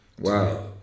Wow